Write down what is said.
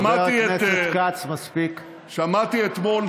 חבר הכנסת כץ, תודה.